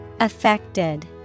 Affected